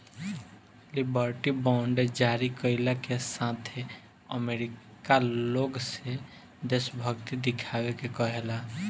liberty bond जारी कईला के साथे अमेरिका लोग से देशभक्ति देखावे के कहेला